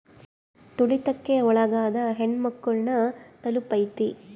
ತುಳಿತಕ್ಕೆ ಒಳಗಾದ ಹೆಣ್ಮಕ್ಳು ನ ತಲುಪೈತಿ